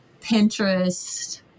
pinterest